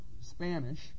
Spanish